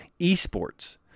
eSports